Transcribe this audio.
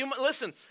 Listen